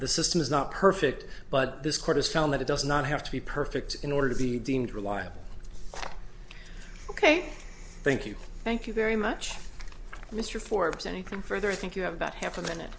the system is not perfect but this court has found that it does not have to be perfect in order to be deemed reliable ok thank you thank you very much mr forbes and you can further think you have about half a minute